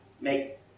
make